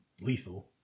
lethal